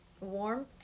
warm